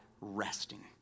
resting